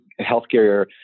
healthcare